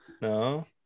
No